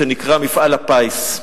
שנקראת מפעל הפיס.